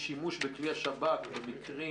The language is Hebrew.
שימוש בכלי השב"כ למקרים